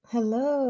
Hello